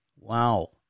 Wow